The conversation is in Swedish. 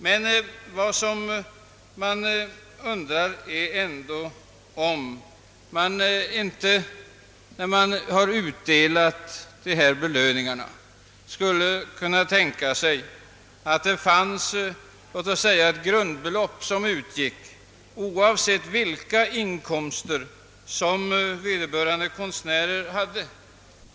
Frågan är emellertid om man inte, när man utdelar dessa belöningar, skulle kunna tänka sig ett grundbelopp, som utginge oavsett vilka inkomster vederbörande konstnär har.